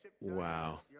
Wow